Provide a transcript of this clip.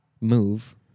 move